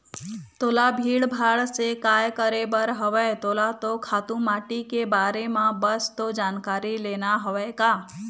तोला भीड़ भाड़ से काय करे बर हवय तोला तो खातू माटी के बारे म बस तो जानकारी लेना हवय का